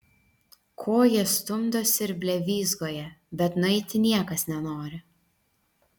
ko jie stumdosi ir blevyzgoja bet nueiti niekas nenori